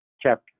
chapter